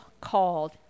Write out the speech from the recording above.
called